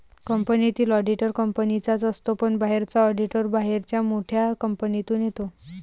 कंपनीतील ऑडिटर कंपनीचाच असतो पण बाहेरचा ऑडिटर बाहेरच्या मोठ्या कंपनीतून येतो